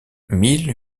mille